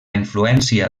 influència